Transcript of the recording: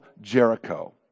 Jericho